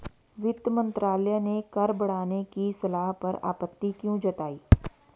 वित्त मंत्रालय ने कर बढ़ाने की सलाह पर आपत्ति क्यों जताई?